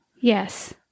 Yes